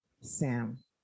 Sam